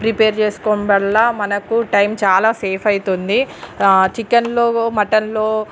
prepare చేసుకోవడం వల్ల మనకు టైం చాలా సేఫ్ అవుతుంది చికెన్లో మటన్లో